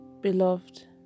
Beloved